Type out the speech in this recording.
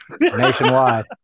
nationwide